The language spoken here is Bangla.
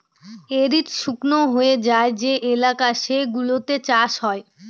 এরিড শুকনো হয়ে যায় যে এলাকা সেগুলোতে চাষ হয়